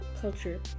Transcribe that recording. culture